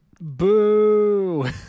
Boo